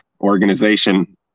organization